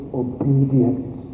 obedience